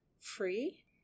free